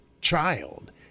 child